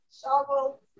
shovel